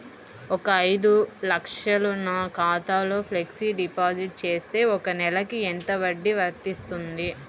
ఒక ఐదు లక్షలు నా ఖాతాలో ఫ్లెక్సీ డిపాజిట్ చేస్తే ఒక నెలకి ఎంత వడ్డీ వర్తిస్తుంది?